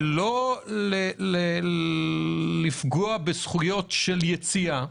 ולא לפגוע בזכויות של יציאה.